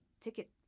ticket